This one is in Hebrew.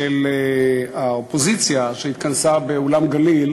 של האופוזיציה, שהתכנסה באולם "גליל"